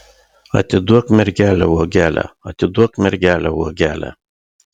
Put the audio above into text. atiduok mergelę uogelę atiduok mergelę uogelę